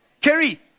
Kerry